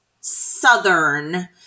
Southern